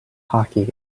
hockey